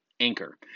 Anchor